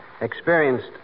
Experienced